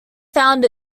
found